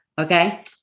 Okay